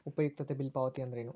ಉಪಯುಕ್ತತೆ ಬಿಲ್ ಪಾವತಿ ಅಂದ್ರೇನು?